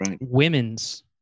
women's